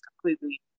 completely